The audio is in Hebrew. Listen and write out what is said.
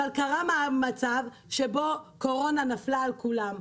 אבל קרה מצב שקורונה נפלה על כולם.